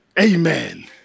Amen